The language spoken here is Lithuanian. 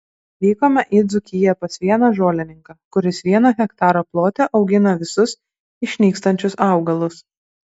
vykome į dzūkiją pas vieną žolininką kuris vieno hektaro plote augina visus išnykstančius augalus